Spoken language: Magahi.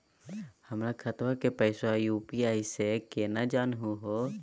हमर खतवा के पैसवा यू.पी.आई स केना जानहु हो?